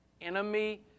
enemy